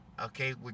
Okay